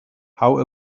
how